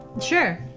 Sure